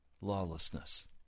lawlessness